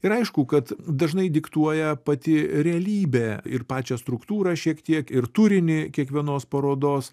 ir aišku kad dažnai diktuoja pati realybė ir pačią struktūrą šiek tiek ir turinį kiekvienos parodos